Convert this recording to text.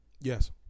Yes